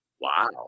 Wow